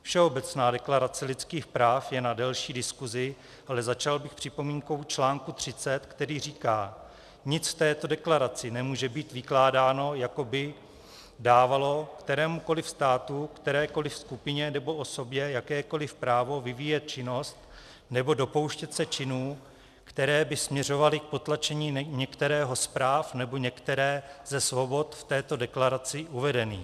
Všeobecná deklarace lidských práv je na delší diskusi, ale začal bych připomínkou článku 30, který říká: Nic v této deklaraci nemůže být vykládáno, jako by dávalo kterémukoliv státu, kterékoliv skupině nebo osobě jakékoliv právo vyvíjet činnost nebo dopouštět se činů, které by směřovaly k potlačení některého z práv nebo některé ze svobod v této deklaraci uvedených.